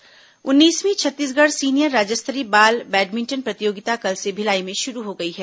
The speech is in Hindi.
बैडमिंटन उन्नीसवीं छत्तीसगढ़ सीनियर राज्य स्तरीय बाल बैडमिंटन प्रतियोगिता कल से भिलाई में शुरू हो गई है